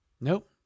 nope